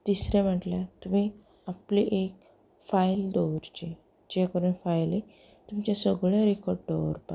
तिसरें म्हटल्यार तुमी आपली एक फायल दवरची जें करून फायली तुमचें सगळें रेिकॉर्ड दवरपाक